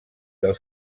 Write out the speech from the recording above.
del